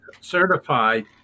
certified